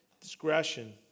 discretion